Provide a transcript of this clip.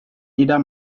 either